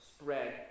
spread